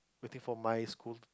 waiting for my school